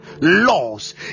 laws